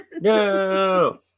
no